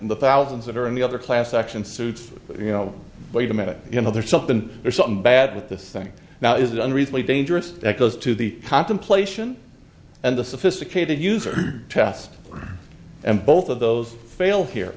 the thousands that are in the other class action suits but you know wait a minute you know there's something there's something bad with this thing now is done recently dangerous that goes to the contemplation and the sophisticated user test and both of those fail here